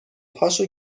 پاشو